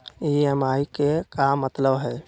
EMI के का मतलब हई?